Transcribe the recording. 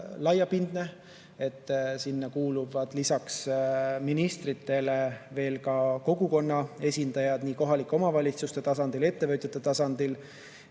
laiapindne. Sinna kuuluvad lisaks ministritele kogukonna esindajad nii kohalike omavalitsuste tasandil, ettevõtjate tasandil